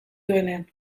duenean